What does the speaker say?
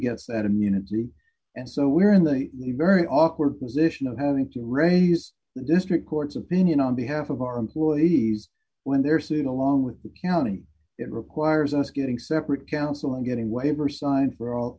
gets that immunity and so we're in the very awkward position of having to re use the district court's opinion on behalf of our employees when their suit along with the county it requires us getting separate counsel and getting waiver signed for all